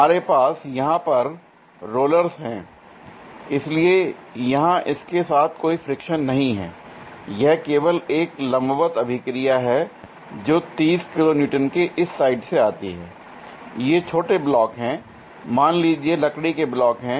हमारे पास यहां पर रोलर्स हैं इसलिए यहां इसके साथ कोई फ्रिक्शन नहीं है यह केवल एक लंबवत अभिक्रिया है जो 30 किलो न्यूटन के इस साइड से आती है l ये छोटे ब्लॉक हैं मान लीजिए लकड़ी के ब्लॉक हैं